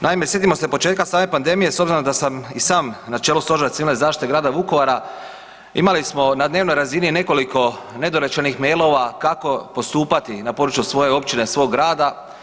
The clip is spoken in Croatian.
Naime, sjetimo se početka same pandemije s obzirom da sam i sam na čelu Stožera civilne zaštite grada Vukovara imali smo na dnevnoj razini nekoliko nedorečenih mailova kako postupati na području svoje općine, svoga grada.